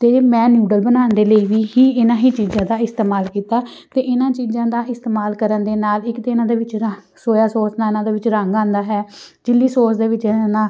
ਅਤੇ ਮੈਂ ਨਿਊਡਲ ਬਣਾਉਣ ਦੇ ਲਈ ਵੀ ਹੀ ਇਹਨਾਂ ਹੀ ਚੀਜ਼ਾਂ ਦਾ ਇਸਤੇਮਾਲ ਕੀਤਾ ਅਤੇ ਇਹਨਾਂ ਚੀਜ਼ਾਂ ਦਾ ਹੀ ਇਸਤੇਮਾਲ ਕਰਨ ਦੇ ਨਾਲ ਇੱਕ ਤਾਂ ਇਹਨਾਂ ਦੇ ਵਿੱਚ ਜਿਹੜਾ ਸੋਇਆ ਸੋਸ ਨਾਲ ਇਹਨਾਂ ਦੇ ਵਿੱਚ ਰੰਗ ਆਉਂਦਾ ਹੈ ਚਿੱਲੀ ਸੋਸ ਦੇ ਵਿੱਚ ਇਹਨਾਂ ਦਾ